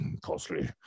costly